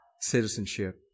citizenship